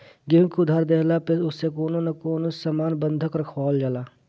केहू के उधार देहला पअ ओसे कवनो न कवनो सामान बंधक रखवावल जाला